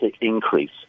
increase